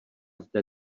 zde